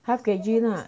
half kg lah